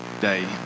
day